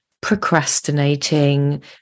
procrastinating